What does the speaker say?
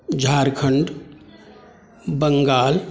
Jharkhand Bengal